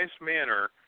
manner